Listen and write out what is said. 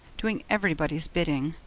doing everybody's bidding,